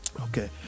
Okay